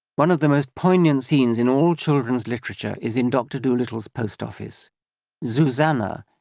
one of the most poignant scenes in all children's literature is in doctor dolittle's post office zuzanna,